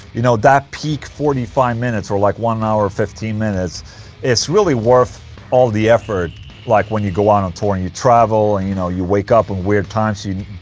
you know, that peak forty five minutes or like one hour fifteen minutes it's really worth all the effort like when you go out on tour and you travel and you know, you wake up in weird times, you.